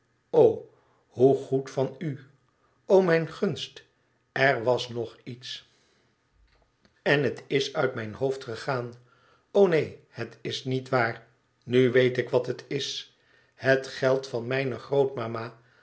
o hoe goed van u o mijn gunst er was no iets en het is uit mijn hoofd gegaan i o neen het is niet waar nu weet ik wat het is het geld van mijne